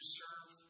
serve